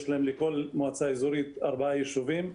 שלכל מועצה אזורית יש ארבעה יישובים,